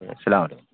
السلام علیکم